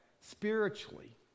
spiritually